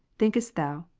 thinkest thou,